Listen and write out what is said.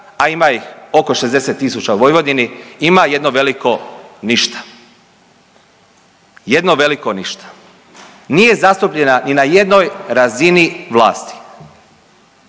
a ima ih oko 60 tisuća u Vojvodini, ima jedno veliko ništa, jedno veliko ništa, nije zastupljena ni na jednoj razini vlasti.